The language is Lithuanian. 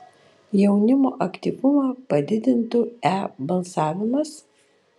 jaunimo aktyvumą padidintų e balsavimas